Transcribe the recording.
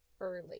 early